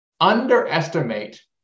underestimate